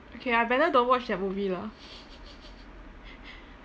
okay I better don't watch that movie lah